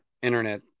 internet